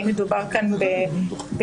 האם מדובר כאן בקנס.